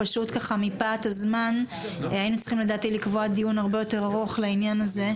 מפאת הזמן היינו צריכים לדעתי לקבוע דיון הרבה יותר ארוך לעניין הזה.